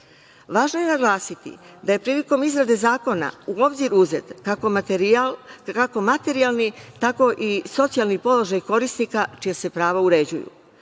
rata. Važno je naglasiti da je prilikom izrade zakona u obzir uzet kako materijalni tako i socijalni položaj korisnika čija se prava uređuju.